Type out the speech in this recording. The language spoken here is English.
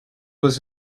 was